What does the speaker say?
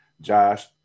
Josh